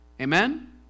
Amen